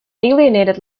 alienated